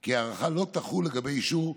כי ההארכה לא תחול לגבי אישור מסוים,